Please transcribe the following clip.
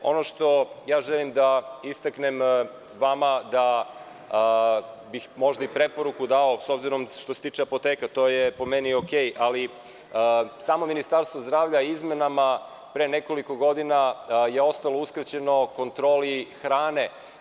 Ono što ja želim da istaknem vama da bih možda i preporuku dao s obzirom, što se tiče apoteka, to je po meni okej, ali samo Ministarstvo zdravlja izmenama pre nekoliko godina je ostalo uskraćeno kontroli hrane.